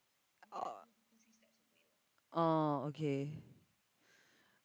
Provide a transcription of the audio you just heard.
o~ oh okay